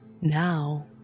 Now